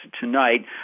tonight